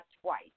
twice